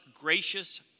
gracious